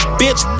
bitch